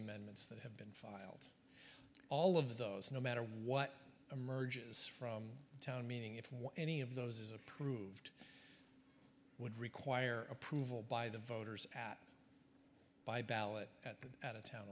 amendments that have been all of those no matter what emerges from the town meeting if any of those is approved would require approval by the voters at by ballot at out of town